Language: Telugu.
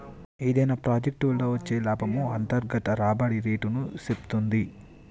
ఏదైనా ప్రాజెక్ట్ వల్ల వచ్చే లాభము అంతర్గత రాబడి రేటుని సేప్తుంది